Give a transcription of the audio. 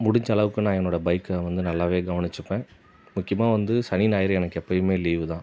முடிஞ்சளவுக்கு நான் என்னோடய பைக்கை வந்து நல்லாவே கவனிச்சுப்பேன் முக்கியமாக வந்து சனி ஞாயிறு எனக்கு எப்போயிமே லீவ் தான்